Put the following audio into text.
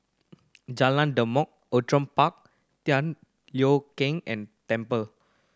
Jalan Demak Outram Park Tian Keng and Temple